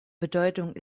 bedeutung